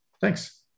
Thanks